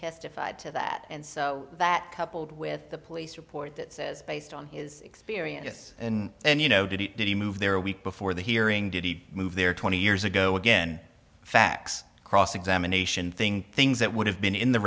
testified to that and so that coupled with the police report that says based on his experience and you know did it did he move there a week before the hearing did he move there twenty years ago again facts cross examination think things that would have been in the